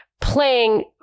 playing